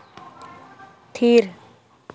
ᱛᱷᱤᱨ